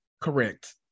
Correct